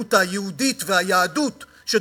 שרוממות היהודית והיהדות בפיהם,